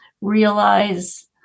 realize